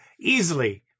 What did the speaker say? easily